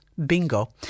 Bingo